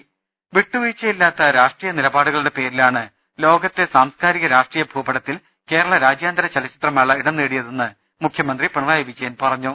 രദ്ദേഷ്ടങ വിട്ടുവീഴ്ചയില്ലാത്ത രാഷ്ട്രീയ നിലപാടുകളുടെ പേരിലാണ് ലോകത്തെ സാംസ്കാരിക രാഷ്ട്രീയ ഭൂപടത്തിൽ കേരള രാജ്യാന്തര ചലച്ചിത്ര മേള ഇടം നേടിയതെന്ന് മുഖ്യമന്ത്രി പിണറായി വിജയൻ പറഞ്ഞു